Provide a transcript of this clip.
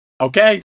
Okay